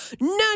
No